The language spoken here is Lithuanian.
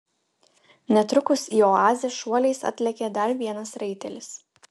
netrukus į oazę šuoliais atlėkė dar vienas raitelis